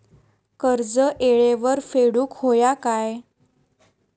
कर्ज येळेवर फेडूक होया काय?